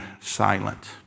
silent